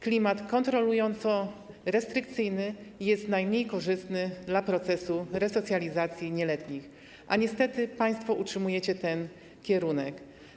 Klimat kontrolująco-restrykcyjny jest najmniej korzystny dla procesu resocjalizacji nieletnich, a niestety państwo utrzymujecie ten kierunek.